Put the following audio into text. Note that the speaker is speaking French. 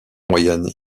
moyenne